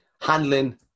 handling